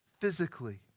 physically